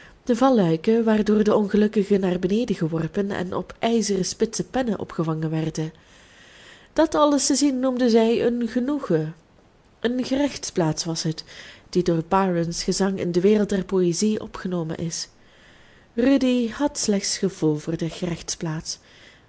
de valluiken waardoor de ongelukkigen naar beneden geworpen en op ijzeren spitse pennen opgevangen werden dat alles te zien noemden zij een genoegen een gerechtsplaats was het die door byrons gezang in de wereld der poëzie opgenomen is rudy had slechts gevoel voor de